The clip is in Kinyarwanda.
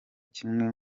kimwe